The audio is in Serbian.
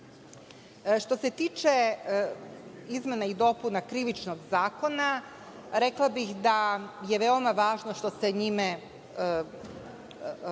se tiče izmena i dopuna Krivičnog zakona, rekla bih da je veoma važno što se njime